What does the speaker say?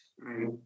Right